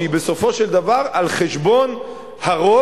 שהיא בסופו של דבר על חשבון הרוב,